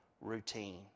routine